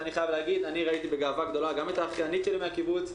אני ראיתי בגאווה גדולה גם את האחיינית שלי מהקיבוץ,